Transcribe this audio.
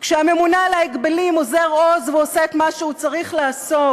כשהממונה על ההגבלים אוזר עוז והוא עושה את מה שהוא צריך לעשות,